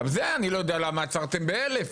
גם זה אני לא יודע למה עצרתם ב-1,000.